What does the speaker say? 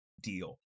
deal